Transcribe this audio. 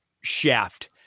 shaft